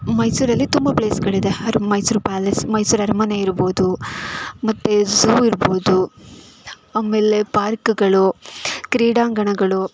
ಮೈಸೂರಲ್ಲಿ ತುಂಬ ಪ್ಲೇಸ್ಗಳಿದೆ ಅದು ಮೈಸೂರು ಪ್ಯಾಲೇಸ್ ಮೈಸೂರು ಅರಮನೆ ಇರ್ಬೋದು ಮತ್ತೆ ಝು ಇರ್ಬೋದು ಆಮೇಲೆ ಪಾರ್ಕ್ಗಳು ಕ್ರೀಡಾಂಗಣಗಳು